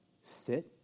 Sit